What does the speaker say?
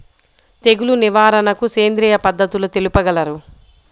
తెగులు నివారణకు సేంద్రియ పద్ధతులు తెలుపగలరు?